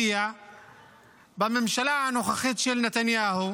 בממשלה הנוכחית של נתניהו,